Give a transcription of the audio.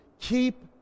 keep